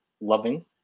loving